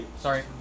Sorry